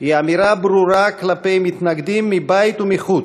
היא אמירה ברורה כלפי מתנגדים, מבית ומחוץ,